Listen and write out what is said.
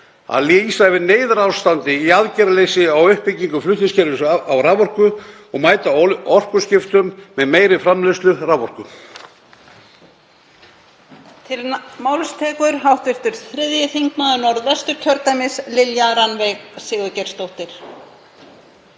að lýsa yfir neyðarástandi í aðgerðaleysi á uppbyggingu flutningskerfis raforku og mæta orkuskiptum með meiri framleiðslu raforku?